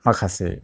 माखासे